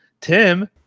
tim